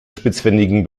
spitzfindigen